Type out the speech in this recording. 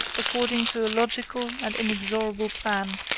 according to a logical and inexorable plan.